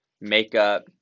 makeup